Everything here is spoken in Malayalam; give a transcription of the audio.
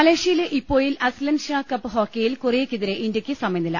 മലേഷ്യയിലെ ഇപ്പോയിൽ അസ്ലൻഷാ കപ്പ് ഹോക്കിയിൽ കൊറിയക്കെതിരെ ഇന്ത്യക്ക് സമനില